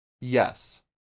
yes